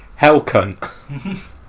Hellcunt